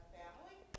family